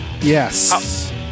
Yes